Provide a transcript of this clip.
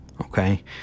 okay